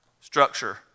structure